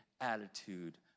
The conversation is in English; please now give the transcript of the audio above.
attitude